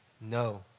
no